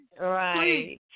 right